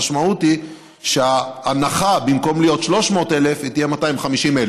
המשמעות היא שההנחה, במקום שתהיה 300,000 היא